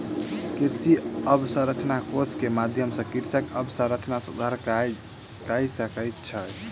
कृषि अवसंरचना कोष के माध्यम सॅ कृषक अवसंरचना सुधार कय सकै छै